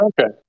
Okay